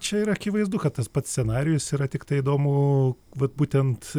čia yra akivaizdu kad tas pats scenarijus yra tiktai įdomu vat būtent